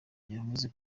yavuze